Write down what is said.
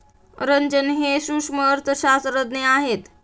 रंजन हे सूक्ष्म अर्थशास्त्रज्ञ आहेत